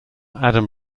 adam